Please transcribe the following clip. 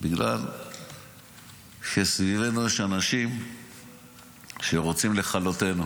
בגלל שסביבנו יש אנשים שרוצים לכלותנו,